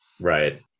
right